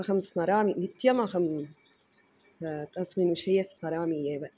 अहं स्मरामि नित्यमहं तस्मिन् विषये स्मरामि एव